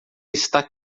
está